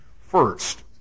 first